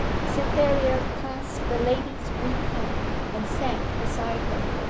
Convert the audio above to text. cytherea clasped the lady's weak hand, and sank beside her.